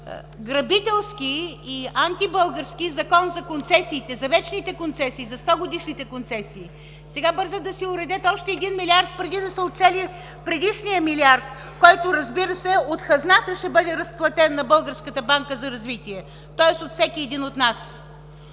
грабителски и антибългарски Закон за концесиите, за вечните концесии, за 100 годишните концесии. Сега бързат да си уредят още 1 милиард преди да са отчели предишния милиард, който разбира се от хазната ще бъде разплатен на Българската банка за развитие, тоест от всеки един от нас.